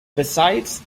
besides